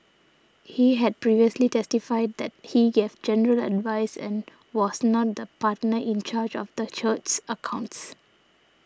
he had previously testified that he gave general advice and was not the partner in charge of the church's accounts